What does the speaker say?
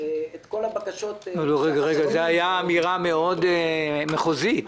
את כל הבקשות --- זו הייתה אמירה מחוזית מאוד.